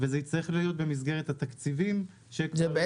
וזה יצטרך להיות במסגרת התקציבים שכבר היו